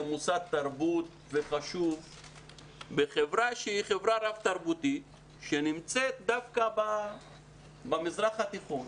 כמוסד תרבות בחברה שהיא חברה רב תרבותית שנמצאת דווקא במזרח התיכון.